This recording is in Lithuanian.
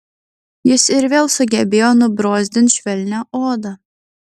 jis ir vėl sugebėjo nubrozdint švelnią odą